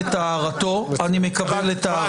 אני מקבל את הערתו.